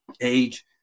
age